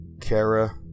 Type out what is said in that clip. Kara